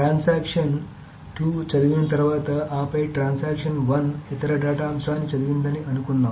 transaction 2 చదివిన తర్వాత ఆపై ట్రాన్సాక్షన్ 1 ఇతర డేటా అంశాన్ని చదివిందని అనుకుందాం